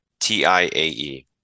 TIAE